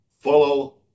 follow